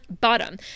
bottom